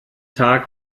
tag